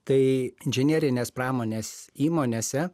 tai inžinerinės pramonės įmonėse